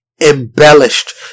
embellished